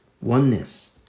Oneness